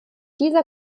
dieser